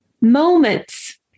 moments